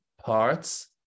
parts